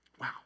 Wow